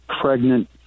pregnant